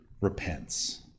repents